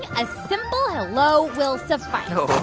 a simple hello will suffice oh,